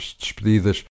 despedidas